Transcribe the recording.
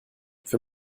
für